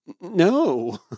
No